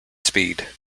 speed